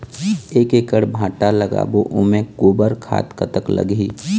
एक एकड़ भांटा लगाबो ओमे गोबर खाद कतक लगही?